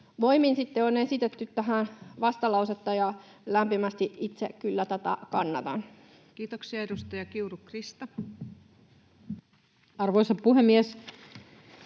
voimin on esitetty tähän vastalausetta, ja lämpimästi itse kyllä sitä kannatan. Kiitoksia. — Edustaja Kiuru, Krista. Arvoisa puhemies!